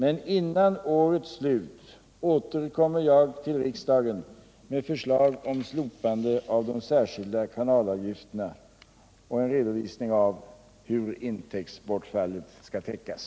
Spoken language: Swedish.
Men innan årets slut är det dock min bestämda avsikt att återkomma till riksdagen med förslag om slopande av de särskilda kanalavgifterna och en redovisning av hur intäktsbortfallet skall täckas.